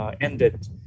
ended